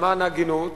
למען ההגינות,